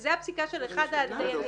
וזו הפסיקה של אחד הדיינים.